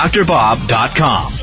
DrBob.com